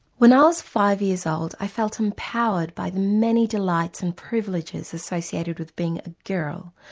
when i was five years old i felt empowered by the many delights and privileges associated with being a girl,